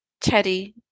Teddy